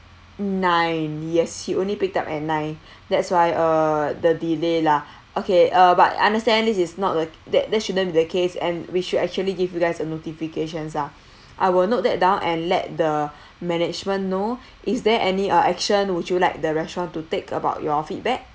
nine yes he only picked up at nine that's why uh the delay lah okay uh but I understand this is not a that that shouldn't be the case and we should actually give you guys a notifications ah I will note that down and let the management know is there any uh action would you like the restaurant to take about your feedback